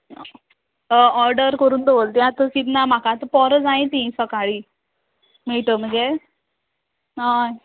हय ऑर्डर करून दवरल्या तुवें आतां किदें ना म्हाका आतां परां जाय तीं सकाळीं मेळट मगे हय